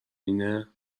اینه